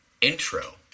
intro